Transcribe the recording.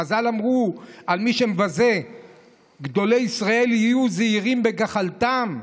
חז"ל אמרו על מי שמבזה גדולי ישראל: היו זהירים בגחלתם,